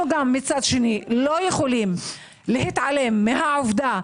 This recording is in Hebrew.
אנחנו לא יכולים להתעלם מן העובדה